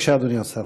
בבקשה, אדוני השר.